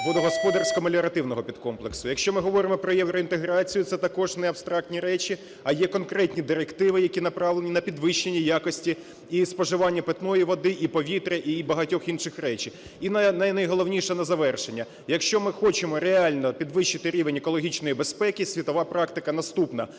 водогосподарсько-меліоративного підкомплексу. Якщо ми говоримо про євроінтеграцію, це також не абстрактні речі, а є конкретні директиви, які направлені на підвищення якості і споживання питної води, і повітря, і багатьох інших речей. І найголовніше на завершення. Якщо ми хочемо реально підвищити рівень екологічної безпеки, світова практика наступна.